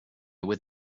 with